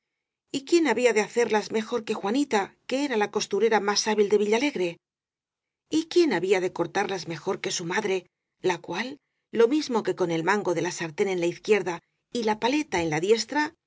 quién había de hacerlas mejor que juanita que era la costurera más hábil de villalegre y quién había de cortarlas mejor que su madre la cual lo mismo que con el mango de la sartén en la izquierda y la paleta en la diestra